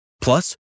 Plus